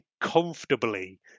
comfortably